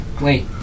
Wait